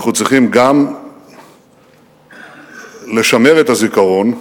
אנחנו צריכים גם לשמר את הזיכרון,